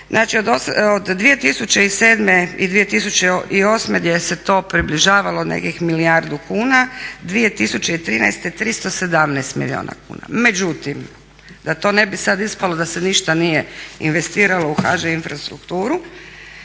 od 2007. i 2008. gdje se to približavalo nekih milijardu kuna, 2013. 317 milijuna kuna. Međutim, da to ne bi sad ispalo da se ništa nije investiralo u HŽ-Infrastrukturu